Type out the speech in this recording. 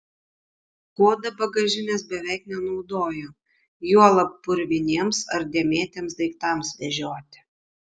goda bagažinės beveik nenaudojo juolab purviniems ar dėmėtiems daiktams vežioti